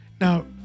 now